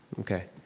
okay.